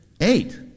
Eight